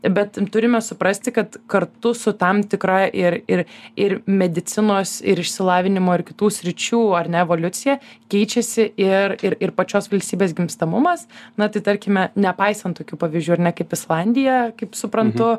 bet turime suprasti kad kartu su tam tikra ir ir ir medicinos ir išsilavinimo ir kitų sričių ar ne evoliucija keičiasi ir ir ir pačios valstybės gimstamumas na tarkime nepaisant tokių pavyzdžių ar ne kaip islandija kaip suprantu